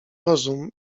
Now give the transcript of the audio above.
rozum